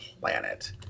planet